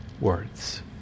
words